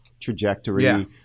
trajectory